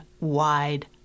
wide